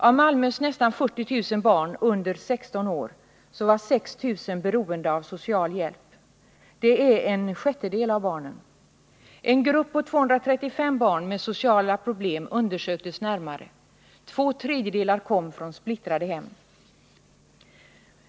Av Malmös nästan 40 000 barn under 16 år var 6 000 beroende av socialhjälp. Det är en sjättedel av alla barn. En grupp på 235 barn med sociala problem undersöktes närmare. Två tredjedelar kom från splittrade hem.